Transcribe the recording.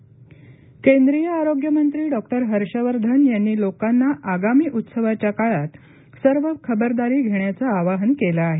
हर्षवर्धन केंद्रीय आरोग्य मंत्री डॉक्टर हर्षवर्धन यांनी लोकांना आगामी उत्सवाच्या काळात सर्व खबरदारी घेण्याचं आवाहन केलं आहे